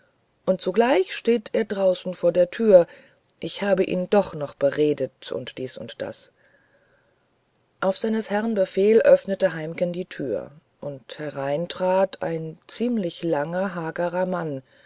und zugleich steht er draußen vor der tür ich habe ihn doch noch beredet und dies und das auf seines herrn befehl öffnete heimken die tür und herein trat ein ziemlich langer hagerer mann